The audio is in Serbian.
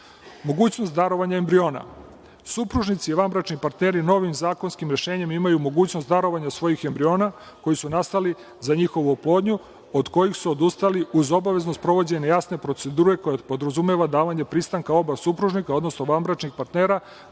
slično. Mogućnost darovanja embriona, supružnici, vanbračni partneri, novim zakonskim rešenjem imaju mogućnost darovanja svojih embriona koji su nastali za njihovu oplodnju, od kojih su odustali uz obavezno sprovođenje jasne procedure, koja podrazumeva davanje pristanka oba supružnika, odnosno vanbračnih partnera